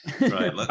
right